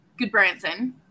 Goodbranson